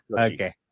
Okay